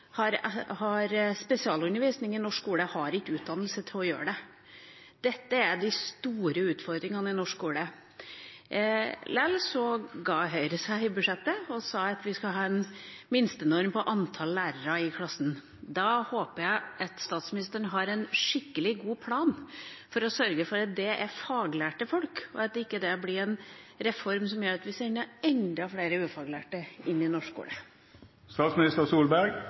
som har spesialundervisning i norsk skole, ikke har utdannelse til å gjøre det. Dette er de store utfordringene i norsk skole. Lell ga Høyre seg i budsjettet, og sa at vi skal ha en minstenorm på antall lærere i klassen. Da håper jeg at statsministeren har en skikkelig god plan for å sørge for at det er faglærte folk, og at det ikke blir en reform som gjør at vi sender enda flere ufaglærte inn i